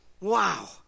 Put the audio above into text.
wow